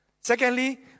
Secondly